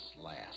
last